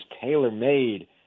tailor-made